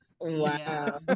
Wow